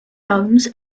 loans